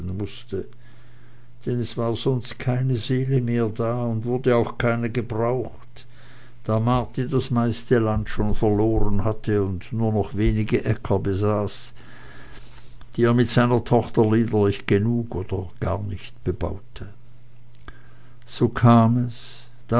denn es war sonst keine seele mehr da und wurde auch keine gebraucht da marti das meiste land schon verloren hatte und nur noch wenige äcker besaß die er mit seiner tochter liederlich genug oder gar nicht bebaute so kam es